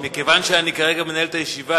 מכיוון שאני כרגע מנהל את הישיבה,